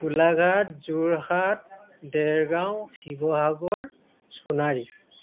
Golaghat Jorhat Dergaon Sivasagar Sonari